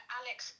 alex